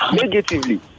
negatively